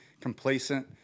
complacent